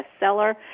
bestseller